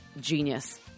genius